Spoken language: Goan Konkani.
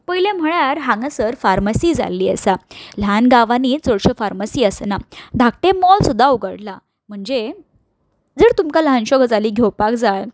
पयलें म्हळ्यार हांगासर फार्मासी जाल्ली आसा ल्हान गांवांनी चडश्यो फार्मासी आसना धाकटें मॉल सुद्दां उगडलां म्हणजे जर तुमकां ल्हानश्यो गजाली घेवपाक जाय